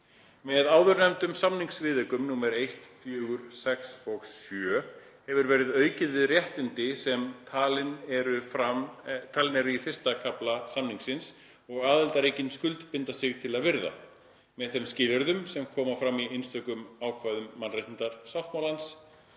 Með áðurnefndum samningsviðaukum nr. 1, 4, 6 og 7 hefur verið aukið við þau réttindi sem talin eru í I. kafla samningsins og aðildarríkin skuldbinda sig til að virða. Með þeim skilyrðum, sem koma fram í einstökum ákvæðum mannréttindasáttmálans,